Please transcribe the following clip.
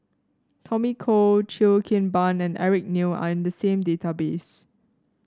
Tommy Koh Cheo Kim Ban and Eric Neo are in the same database